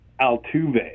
Altuve